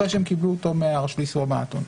אחרי שקיבלו אותו מרשות לאיסור הלבנת הון.